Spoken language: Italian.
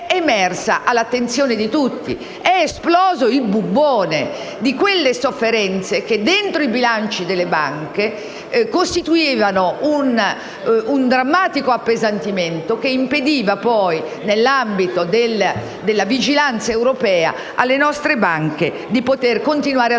è emersa all'attenzione di tutti. È esploso il bubbone di quelle sofferenze che dentro i bilanci delle banche costituivano un drammatico appesantimento che impediva poi, nell'ambito della vigilanza europea, alle nostre banche di poter continuare a svolgere